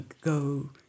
go